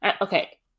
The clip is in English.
okay